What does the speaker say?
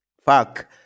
fuck